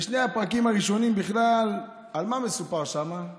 בשני הפרקים הראשונים, על מה מסופר שם בכלל?